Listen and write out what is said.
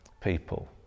people